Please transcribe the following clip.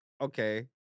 Okay